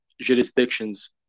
jurisdictions